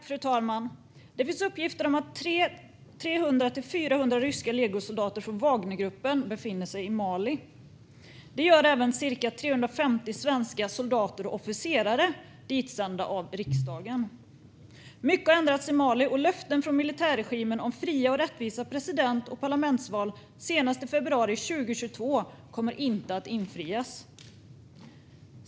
Fru talman! Det finns uppgifter om att 300-400 ryska legosoldater från Wagnergruppen befinner sig i Mali. Det gör även cirka 350 svenska soldater och officerare, ditsända av riksdagen. Mycket har ändrats i Mali, och löften från militärregimen om fria och rättvisa president och parlamentsval senast i februari 2022 kommer inte att infrias.